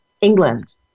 England